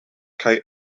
kaj